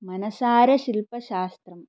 मनसारशिल्पशास्त्रं